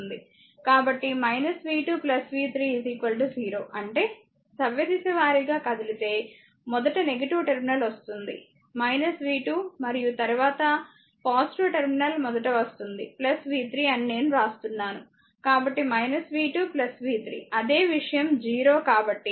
కాబట్టి v 2 v3 0 అంటే సవ్యదిశ వారీగా కదిలితే మొదట టెర్మినల్ వస్తుంది v 2 మరియు తరువాత టెర్మినల్ మొదట వస్తుంది v3 అని నేను వ్రాస్తున్నాను కాబట్టి v 2 v 3 అదే విషయం 0 కాబట్టి v 3 v 2